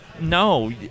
no